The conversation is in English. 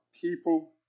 people